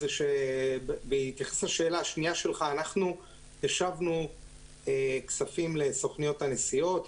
בהתייחס לשאלה השנייה שלך אנחנו השבנו כספים לסוכנויות הנסיעות.